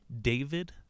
David